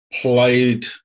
played